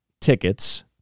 tickets